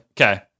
Okay